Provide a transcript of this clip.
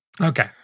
Okay